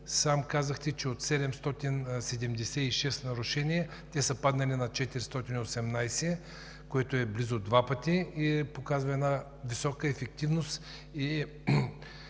Сам казахте, че от 776 нарушения те са паднали на 418, което е близо два пъти, и показва една висока ефективност.